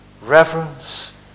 reverence